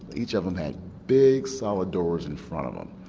each of them had big solid doors in front of them.